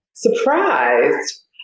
surprised